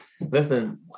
Listen